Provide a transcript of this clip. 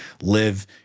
live